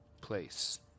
place